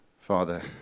Father